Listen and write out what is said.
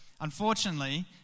unfortunately